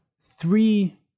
three